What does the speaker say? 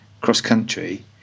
cross-country